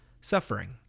suffering